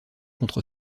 contre